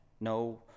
No